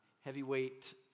heavyweight